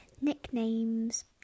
Nicknames